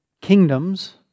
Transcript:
kingdoms